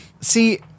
See